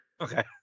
okay